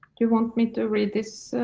you want me to read this.